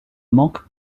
manquent